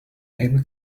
able